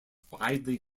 widely